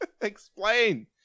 Explain